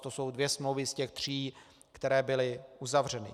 To jsou dvě smlouvy z těch tří, které byly uzavřeny.